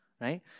right